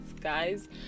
guys